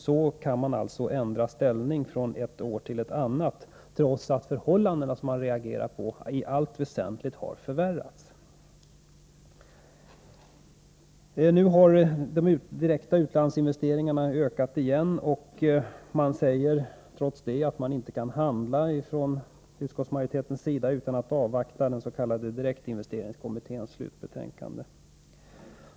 Så kan man alltså ändra ställning från ett år till ett annat, trots att förhållandena som man reagerar på i allt väsentligt har förvärrats. Nu har de direkta utlandsinvesteringarna ökat igen, men trots det säger utskottsmajoriteten att man inte kan handla utan måste avvakta den s.k. direktinvesteringskommitténs slutbetänkande.